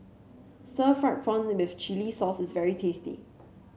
Stir Fried Prawn with Chili Sauce is very tasty